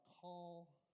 call